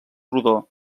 rodó